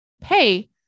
pay